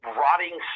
rotting